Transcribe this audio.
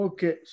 Okay